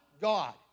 God